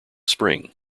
spring